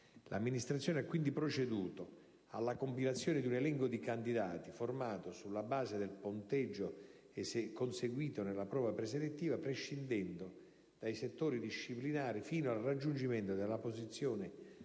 L'Amministrazione ha quindi proceduto alla compilazione di un elenco di candidati formato sulla base del punteggio conseguito nella prova preselettiva prescindendo dai settori disciplinari, fino al raggiungimento della posizione n.